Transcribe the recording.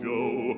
Joe